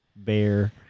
Bear